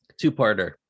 two-parter